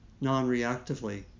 non-reactively